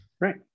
Right